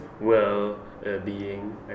well-being